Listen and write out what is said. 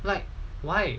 like why